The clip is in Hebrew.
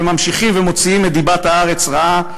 וממשיכים ומוציאים את דיבת הארץ רעה.